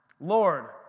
Lord